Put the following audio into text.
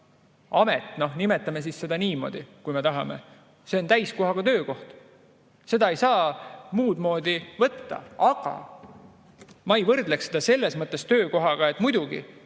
amet – nimetame seda niimoodi, kui me tahame – on täiskohaga töökoht. Seda ei saa muudmoodi võtta. Aga ma ei võrdleks seda selles mõttes töökohaga, et muidugi